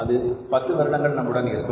அது பத்து வருடங்கள் நம்முடன் இருக்கும்